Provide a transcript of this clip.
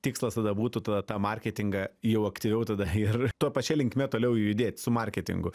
tikslas tada būtų ta tą marketingą jau aktyviau tada ir tuo pačia linkme toliau judėt su marketingu